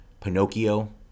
Pinocchio